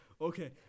Okay